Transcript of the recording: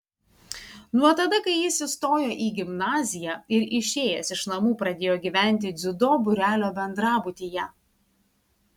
nuo tada kai jis įstojo į gimnaziją ir išėjęs iš namų pradėjo gyventi dziudo būrelio bendrabutyje